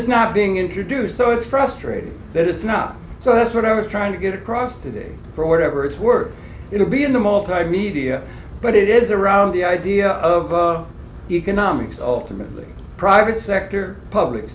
it's not being introduced so it's frustrating that it's not so that's what i was trying to get across to there for whatever it's worth it will be in the multimedia but it is around the idea of economics ultimately private sector public